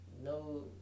no